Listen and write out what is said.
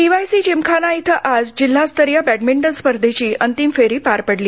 PYC Gymkhana इथं आज जिल्हास्तरीय बॅडमिंटन स्पर्धेंची अंतिम फेरी पार पडली